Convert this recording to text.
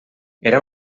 era